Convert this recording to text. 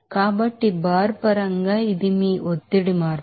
కాబట్టి బార్ పరంగా ఇది మీ ప్రెషర్ చేంజ్